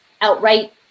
outright